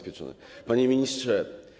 Panie Ministrze!